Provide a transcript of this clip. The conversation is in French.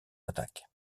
attaques